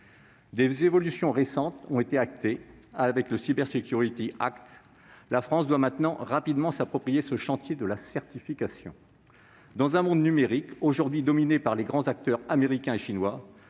Des évolutions récentes ont été actées, avec le ; la France doit maintenant rapidement s'approprier ce chantier de la certification. Dans un monde numérique dominé aujourd'hui par les grands acteurs américains et chinois,